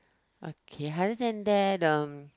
okay other than that um